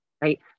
right